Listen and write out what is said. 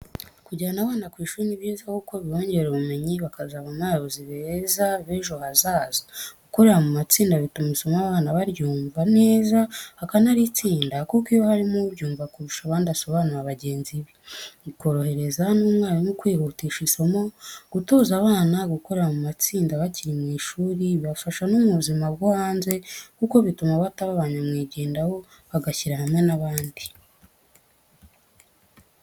Kujyana abana ku ishuri ni byiza kuko bibongerera ubumenyi bakazavamo abayobozi beza bejo hazaza, gukorera mu matsinda bituma isomo abana baryumva neza bakanaritsinda, kuko iyo harimo ubyumva kurusha abandi asobanurira bagenzi be, bikoroheza n'umwarimu kwihutisha isomo, gutoza abana gukorera mu matsinda bakiri mu ishuri bibafasha no mu buzima bwo hanze, kuko bituma bataba ba nyamwigendaho, bagashyira hamwe n'abandi.